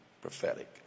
prophetic